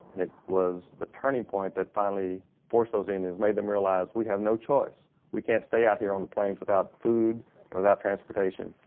it was the turning point that finally forced those indians, made them realize, we have no choice. we can't stay out here on the plains without food, and without transportation,